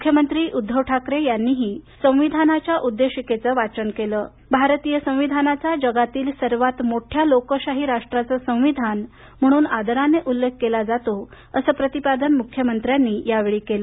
मुख्यमंत्री उद्दव ठाकरे यांनीही संविधानाच्या उद्देशिकेचं वाचन केलं भारतीय संविधानाचा जगातील सर्वात मोठ्या लोकशाही राष्ट्राचं संविधान म्हणून आदराने उल्लेख केला जातो असं प्रतिपादन मुख्यमंत्र्यांनी यावेळी केलं